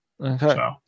Okay